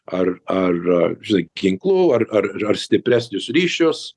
ar ar žinai ginklų ar ar stipresnius ryšius